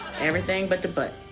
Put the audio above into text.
everything but the butt.